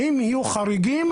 האם יהיו חריגים?